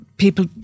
people